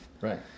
Right